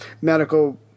medical